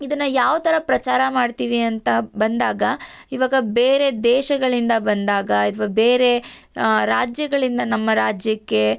ಇದನ್ನು ಯಾವ ಥರ ಪ್ರಚಾರ ಮಾಡ್ತೀವಿ ಅಂತ ಬಂದಾಗ ಇವಾಗ ಬೇರೆ ದೇಶಗಳಿಂದ ಬಂದಾಗ ಅಥ್ವಾ ಬೇರೆ ರಾಜ್ಯಗಳಿಂದ ನಮ್ಮ ರಾಜ್ಯಕ್ಕೆ